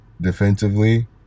defensively